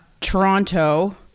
Toronto